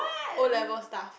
O-level stuff